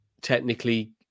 technically